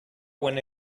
when